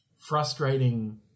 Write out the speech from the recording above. frustrating